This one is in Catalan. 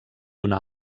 una